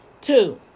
Two